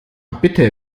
bitte